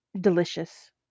delicious